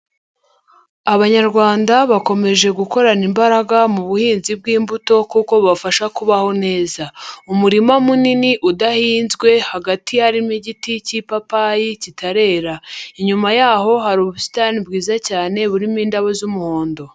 Abanyarwanda bakomeje gukorana imbaraga mu buhinzi bw'imbuto kuko bubafasha kubaho neza. Umurima munini udahinzwe, hagati harimo igiti cy'ipapayi kitarera, inyuma y'aho hari ubusitani bwiza cyane burimo indabo z'umuhondo.